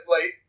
late